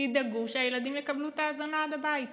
תדאגו שהילדים יקבלו את ההזנה עד הבית.